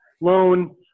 loan